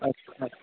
अस्तु अस्तु